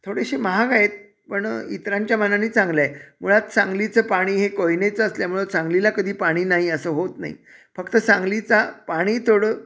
थोडेसे महाग आहेत पण इतरांच्या मानाने चांगलं आहे मुळात सांगलीचं पाणी हे कोयनेचं असल्यामुळं सांगलीला कधी पाणी नाही असं होत नाही फक्त सांगलीचा पाणी थोडं